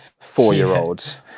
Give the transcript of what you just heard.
four-year-olds